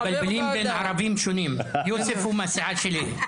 הם מתבלבלים בין ערבים שונים; יוסף הוא מהסיעה שלי.